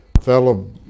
fellow